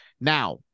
Now